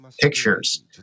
pictures